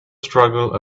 struggle